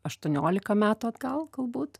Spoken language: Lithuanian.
aštuoniolika metų atgal galbūt